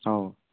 ꯑꯧ